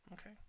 okay